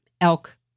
elk